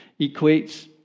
equates